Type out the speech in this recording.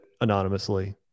anonymously